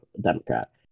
Democrat